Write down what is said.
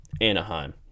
Anaheim